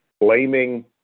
blaming